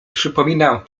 przypominam